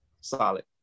solid